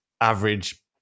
average